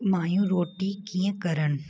माइयूं रोटी कीअं कनि